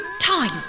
time